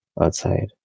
outside